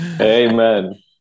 amen